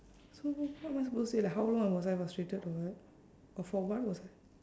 so what am I supposed to say like how long was I frustrated or what or for what was I